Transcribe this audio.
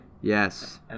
Yes